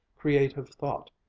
creative thought,